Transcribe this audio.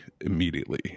immediately